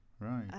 Right